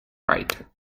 rite